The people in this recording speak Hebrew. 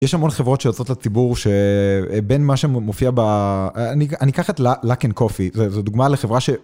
יש המון חברות שיוצאות לציבור שבין מה שמופיע ב... אני אקח את Luck & Coffee, זו דוגמה לחברה ש...